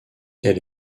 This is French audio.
elle